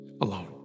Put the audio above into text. alone